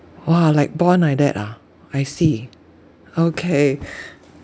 !wah! like bond like that ah I see okay